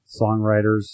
songwriters